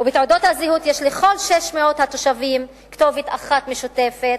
ובתעודות הזהות יש לכל 600 התושבים כתובת אחת משותפת,